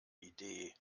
idee